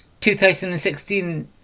2016